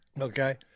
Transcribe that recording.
okay